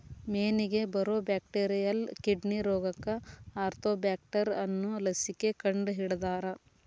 ಮೇನಿಗೆ ಬರು bacterial kidney ರೋಗಕ್ಕ ಆರ್ತೋಬ್ಯಾಕ್ಟರ್ ಅನ್ನು ಲಸಿಕೆ ಕಂಡಹಿಡದಾರ